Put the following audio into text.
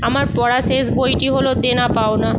আমার পড়া শেষ বইটি হলো দেনা পাওনা